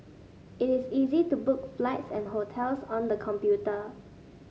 it is easy to book flights and hotels on the computer